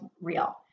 real